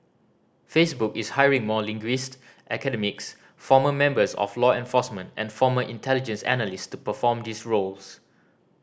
Facebook is hiring more linguist academics former members of law enforcement and former intelligence analyst to perform these roles